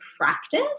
practice